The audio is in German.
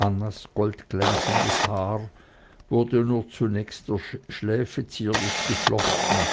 annas goldglänzendes haar wurde nur zunächst der schläfe zierlich geflochten